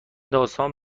داستان